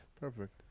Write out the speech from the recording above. Perfect